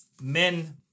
Men